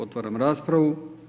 Otvaram raspravu.